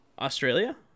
Australia